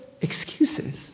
excuses